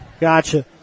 Gotcha